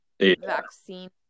vaccine